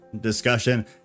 discussion